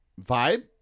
vibe